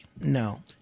No